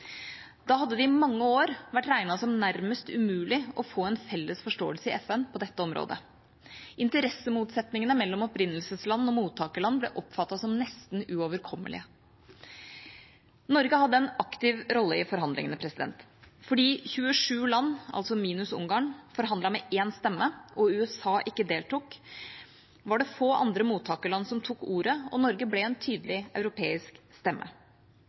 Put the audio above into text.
Da hadde det i mange år vært regnet som nærmest umulig å få en felles forståelse i FN på dette området. Interessemotsetningene mellom opprinnelsesland og mottakerland ble oppfattet som nesten uoverkommelige. Norge hadde en aktiv rolle i forhandlingene. Fordi 27 EU-land – minus Ungarn – forhandlet med én stemme og USA ikke deltok, var det få andre mottakerland som tok ordet, og Norge ble en tydelig europeisk stemme.